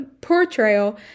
portrayal